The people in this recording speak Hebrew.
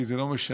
כי זה לא משנה.